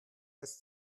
als